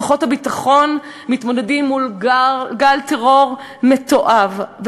כוחות הביטחון מתמודדים מול גל טרור מתועב.